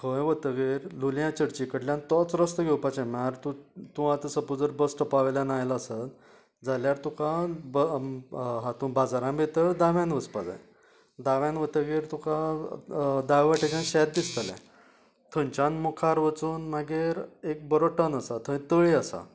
थंय वतगीर लोलयां चर्ची कडल्यान तोच रस्तो घेवपाचे म्हळ्यार तूं आतां सपोज जर बस स्टोपावयल्यान आयलां आसत जाल्यार तुका हातूंत बाजारां भितर दाव्यान वचपाक जाय दाव्यान वतगीर तुका दावे वटेच्यान शेत दिसतलें थंयच्यान मुखार वचून मागीर एक बरो टर्न आसा थंय तळी आसा